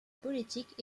politique